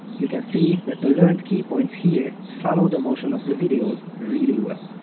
you can see that the learned keypoints here follow the motion of the videos really well.